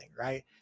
right